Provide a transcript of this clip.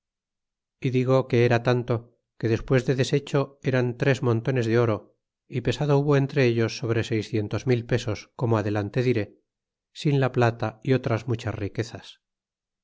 y digo que era tanto que despues de deshecho eran tres montones de oro y pesado hubo en ellos sobre seiscientos mil pesos como adelante diré sin la plata é otras muchas riquezas